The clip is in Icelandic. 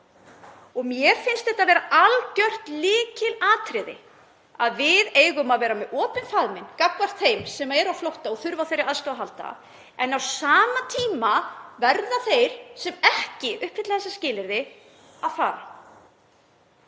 Mér finnst það vera algjört lykilatriði að vera með opinn faðminn gagnvart þeim sem eru á flótta og þurfa á þeirri aðstoð að halda, en á sama tíma verða þeir sem ekki uppfylla þessi skilyrði að fara.